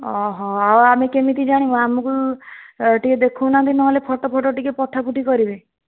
ଆଉ ଆମେ କେମିତି ଜାଣିବୁ ଆମକୁ ଟିକେ ଦେଖଉ ନାହାନ୍ତି ନହେଲେ ଫୋଟୋଫଟ ଟିକେ ପଠାପଠି କରିବେ